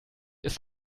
ist